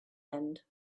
end